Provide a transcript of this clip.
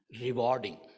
rewarding